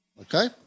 Okay